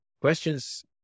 questions